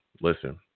Listen